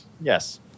Yes